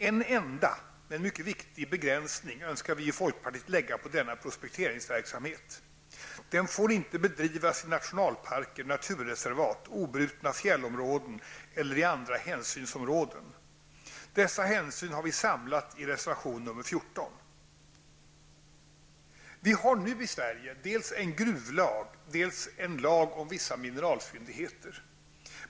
En enda, men mycket viktig, begränsning önskar vi i folkpartiet lägga på denna prospekteringsverksamhet. Den får inte bedrivas i nationalparker, naturreservat, obrutna fjällområden eller i andra hänsynsområden. Dessa hänsyn har vi samlat i reservation nr 14. Vi har nu i Sverige dels en gruvlag, dels en lag om vissa mineralfyndigheter.